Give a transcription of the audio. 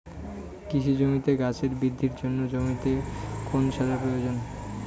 কৃষি জমিতে গাছের বৃদ্ধির জন্য জমিতে কোন সারের প্রয়োজন?